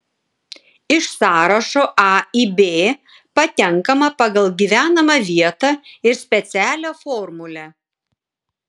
iš sąrašo a į b patenkama pagal gyvenamą vietą ir specialią formulę